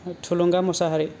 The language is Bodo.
थुलुंगा मुसाहारी